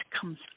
comes